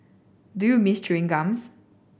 do you miss chewing gums